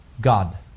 God